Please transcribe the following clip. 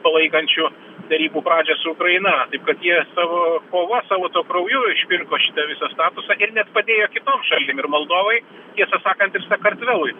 palaikančių derybų pradžią su ukraina kad jie savo kova savo krauju išpirko šitą visą statusą ir net padėjo kitom šalim ir moldovai tiesą sakant ir sakartvelui